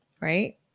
Right